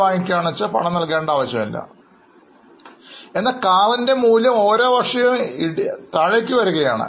നിങ്ങൾ ഒരു പണവും നൽകുന്നില്ല എന്നാൽ ആ കാറിൻറെ മൂല്യം ഓരോ വർഷവും കുറയുകയാണ്